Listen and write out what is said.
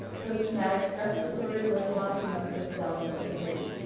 post-traumatic stress disorder, limb loss, and musculoskeletal injuries.